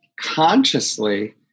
consciously